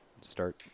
start